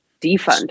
defund